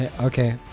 Okay